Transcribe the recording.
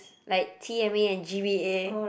like T_M_A and G_B_A